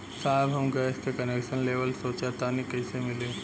साहब हम गैस का कनेक्सन लेवल सोंचतानी कइसे मिली?